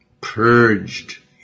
purged